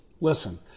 Listen